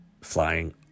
flying